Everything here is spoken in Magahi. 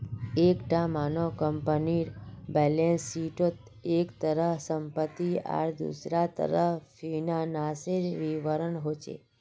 एक टा मानक कम्पनीर बैलेंस शीटोत एक तरफ सम्पति आर दुसरा तरफ फिनानासेर विवरण होचे